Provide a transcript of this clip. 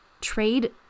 trade